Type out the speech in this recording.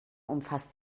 umfasst